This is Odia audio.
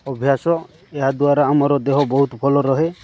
ଅଭ୍ୟାସ ଏହା ଦ୍ୱାରା ଆମର ଦେହ ବହୁତ ଭଲ ରୁହେ